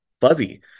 fuzzy